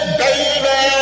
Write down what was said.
baby